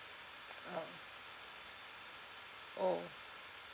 oh oh